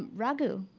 um raghu,